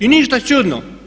I ništa čudno.